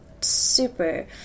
super